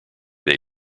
they